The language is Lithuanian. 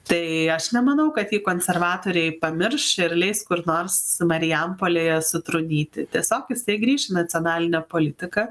tai aš nemanau kad jį konservatoriai pamirš ir leis kur nors marijampolėje sutrūnyti tiesiog jisai grįš į nacionalinę politiką